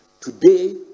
Today